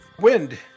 Wind